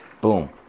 boom